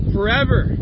Forever